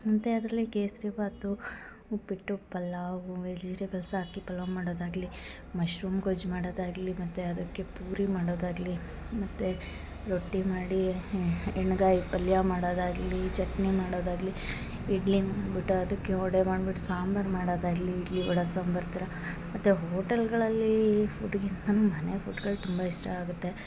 ಮತ್ತು ಅದರಲ್ಲಿ ಕೇಸ್ರಿಬಾತು ಉಪ್ಪಿಟ್ಟು ಪಲ್ಲಾವು ವೆಜಿಟೇಬಲ್ಸ್ ಹಾಕಿ ಪಲಾವ್ ಮಾಡೊದಾಗಲಿ ಮಶ್ರೂಮ್ ಗೊಜ್ಜು ಮಾಡೊದಾಗಲಿ ಮತ್ತು ಅದಕ್ಕೆ ಪೂರಿ ಮಾಡೊದಾಗಲಿ ಮತ್ತು ರೊಟ್ಟಿ ಮಾಡಿ ಹೇ ಎಣ್ಗಾಯಿ ಪಲ್ಯ ಮಾಡೋದಾಗಲಿ ಚಟ್ನಿ ಮಾಡೋದಾಗಲಿ ಇಡ್ಲಿನ ಬಿಟ ಅದಕ್ಕೆ ವಡೆ ಮಾಡ್ಬಿಟ್ಟು ಸಾಂಬರ್ ಮಾಡೊದಾಗಲಿ ಇಡ್ಲಿ ವಡೆ ಸಾಂಬರ್ ಥರ ಮತ್ತು ಹೋಟಲ್ಗಳಲ್ಲಿ ಫುಡ್ಗಿಂತನು ಮನೆ ಫುಡ್ಗಳು ತುಂಬ ಇಷ್ಟ ಆಗುತ್ತೆ